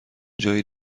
جایی